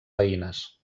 veïnes